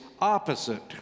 opposite